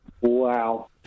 Wow